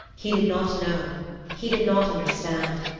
he did not know he did not understand.